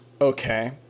okay